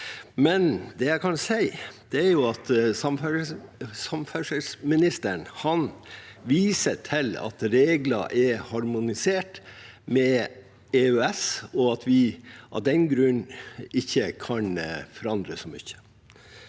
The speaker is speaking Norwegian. Men det jeg kan si, er at samferdselsministeren viser til at reglene er harmonisert med EØS, og at vi av den grunn ikke kan forandre så mye.